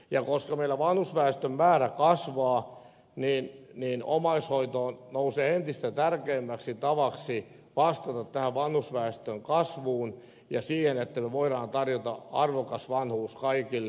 ja koska meillä vanhusväestön määrä kasvaa omaishoito nousee entistä tärkeämmäksi tavaksi vastata tähän vanhusväestön kasvuun ja siihen että me voimme tarjota arvokas vanhuus kaikille